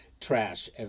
trash